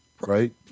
right